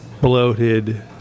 bloated